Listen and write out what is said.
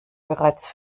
bereits